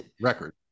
record